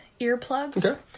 earplugs